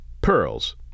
pearls